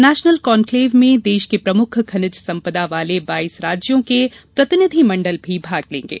national conclave में देश के प्रमुख खनिज सम्पदा वाले बाईस राज्यों के प्रतिनिधि मण्डल भी भाग लेंगे